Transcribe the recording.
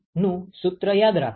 ∆Tlmtd નુ સુત્ર યાદ રાખો